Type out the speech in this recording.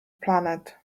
planet